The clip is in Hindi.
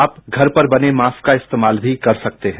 आप घर पर बने मास्क का इस्तेमाल भी कर सकते है